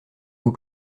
vous